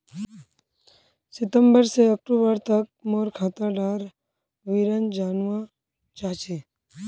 सितंबर से अक्टूबर तक मोर खाता डार विवरण जानवा चाहची?